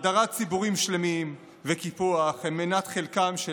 הדרת ציבורים שלמים וקיפוח הם מנת חלקם של